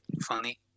funny